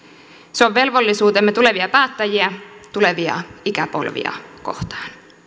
se on velvollisuutemme tulevia päättäjiä tulevia ikäpolvia kohtaan